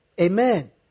Amen